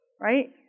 right